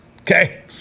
okay